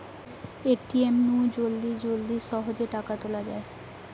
ATM নু জলদি জলদি সহজে টাকা তুলা যায়